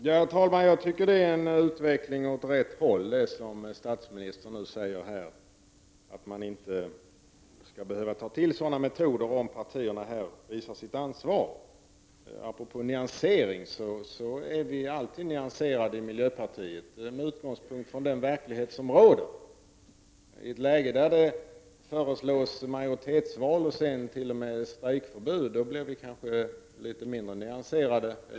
Herr talman! Det som statsministern nu säger här innebär en utveckling åt rätt håll, att man inte skall behöva ta till sådana metoder om partierna i riksdagen visar sitt ansvar. Vi i miljöpartiet är alltid nyanserade med utgångspunkt från den verklighet som råder. I ett läge där det föreslås majoritetsval och t.o.m. strejkförbud blir vi kanske något mindre nyanserade.